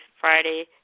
Friday